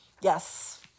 Yes